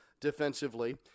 defensively